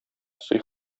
сый